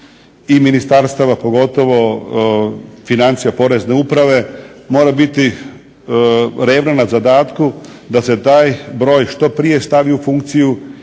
i ministarstava pogotovo financija, porezne uprave mora biti revno na zadatku da se taj broj što prije stavi u funkciju